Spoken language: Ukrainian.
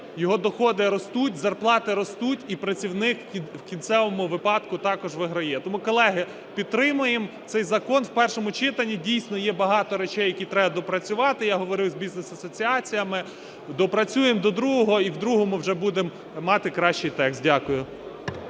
його доходи ростуть, зарплати ростуть, і працівник в кінцевому випадку також виграє. Тому, колеги, підтримуємо цей закон в першому читанні. Дійсно, є багато речей, які треба допрацювати, я говорив з бізнес-асоціаціями, допрацюємо до другого і в другому вже будемо мати кращий текст. Дякую.